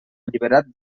alliberat